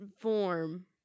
form